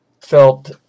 felt